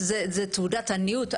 זו תעודת עניות.